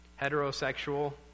heterosexual